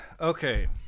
okay